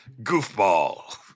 Goofball